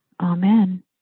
Amen